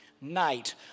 night